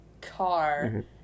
car